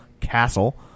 Castle